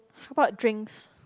sport drinks